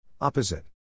Opposite